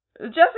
Jessica